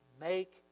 Make